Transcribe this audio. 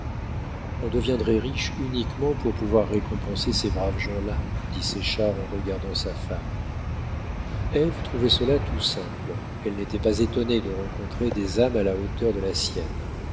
on deviendrait riche uniquement pour pouvoir récompenser ces braves gens-là dit séchard en regardant sa femme ève trouvait cela tout simple elle n'était pas étonnée de rencontrer des âmes à la hauteur de la sienne